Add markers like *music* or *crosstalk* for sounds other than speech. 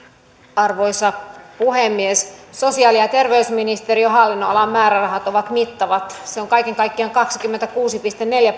arvoisa puhemies sosiaali ja terveysministeriön hallinnonalan määrärahat ovat mittavat se on kaiken kaikkiaan kaksikymmentäkuusi pilkku neljä *unintelligible*